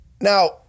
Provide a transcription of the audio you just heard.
now